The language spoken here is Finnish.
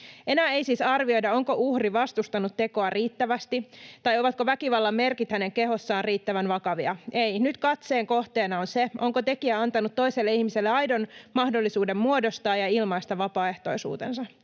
Enää ei siis arvioida, onko uhri vastustanut tekoa riittävästi, tai ovatko väkivallan merkit hänen kehossaan riittävän vakavia. Ei, nyt katseen kohteena on se, onko tekijä antanut toiselle ihmiselle aidon mahdollisuuden muodostaa ja ilmaista vapaaehtoisuutensa.